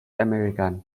american